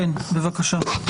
כן, בבקשה.